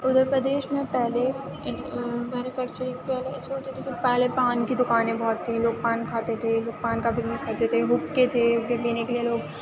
اُتر پردیش میں پہلے مینوفیکچرنگ پہلے ایسے ہوتی تھی کہ پہلے پان کی دُکانیں بہت تھیں لوگ پان کھاتے تھے لوگ پان کا بزنیس کرتے تھے حقّے تھے حقّے پینے کے لیے لوگ